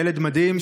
ילד מדהים,